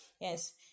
Yes